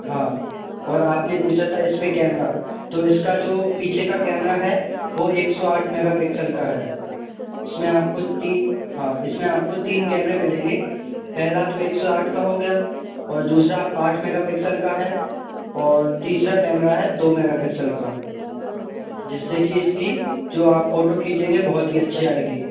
हाँ और आपने पूछा था इसमें कैमरा तो इसका जो पीछे का कैमरा है वो एक सौ आठ मेगापिक्सल का है इसमें आपको हाँ इसमें आपको तीन कैमरे मिलेंगे पहले तो एक सौ आठ का हो गया और दूसरा आठ मेगापिक्सल का है और तीसरा कैमरा है दो मेगापिक्सल का जिससे कि इसकी जो आप फोटो खींचेंगे बहुत ही अच्छे आएगी